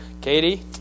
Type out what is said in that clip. Katie